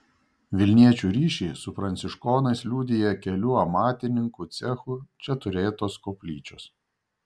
vilniečių ryšį su pranciškonais liudija kelių amatininkų cechų čia turėtos koplyčios